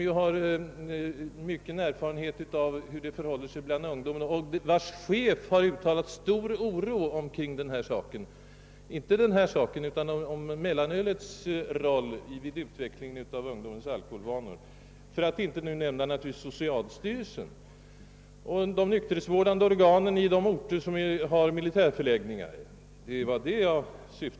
Skolöverstyrelsen har stor erfarenhet av hur det förhåller sig bland ungdomen. Dess chef har uttalat stor oro beträffande mellanölets roll när det gäller utvecklingen av ungdomens alkoholvanor. Socialstyrelsen borde naturligtvis också ha fått yttra sig liksom de nykterhetsvårdande organen i de orter som har militärförläggningar. Det var detta jag avsåg.